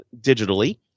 digitally